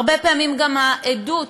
הרבה פעמים גם העדות